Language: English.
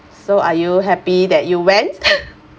so are you happy that you went